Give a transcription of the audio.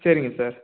சரிங்க சார்